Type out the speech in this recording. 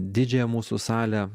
didžiąją mūsų salę